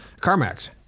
CarMax